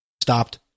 stopped